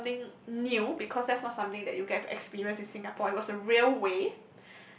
uh something new because that's not something that you get to experience in Singapore it was a railway